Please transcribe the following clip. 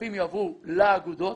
הכספים יועברו לאגודות.